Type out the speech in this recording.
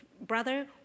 brother